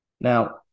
Now